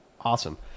awesome